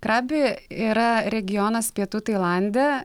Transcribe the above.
krabi yra regionas pietų tailande